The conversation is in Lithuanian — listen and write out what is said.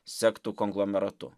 sektų konglomeratu